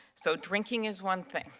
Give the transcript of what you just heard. so drinking is one thing.